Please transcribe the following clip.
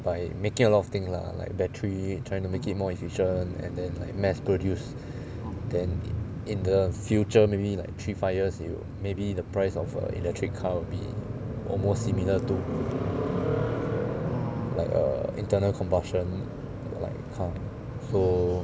by making a lot of thing lah like battery trying to make it more efficient and then like mass produce then in the future maybe like three five years it will maybe the price of a electric car will be almost similar to like err internal combustion like car so